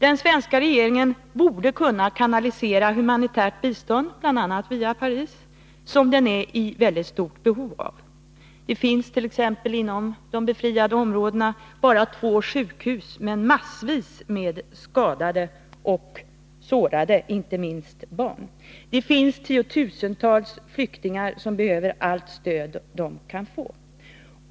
Den svenska regeringen borde, bl.a. via Paris, kunna kanalisera humanitärt bistånd, som man är i mycket stort behov av. Inom de befriade områdena finns det t.ex. bara två sjukhus med en mängd skadade och sårade. Det gäller inte minst barn. Det finns tiotusentals flyktingar som behöver allt stöd som de kan få.